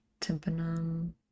Tympanum